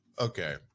okay